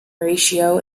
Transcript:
ratio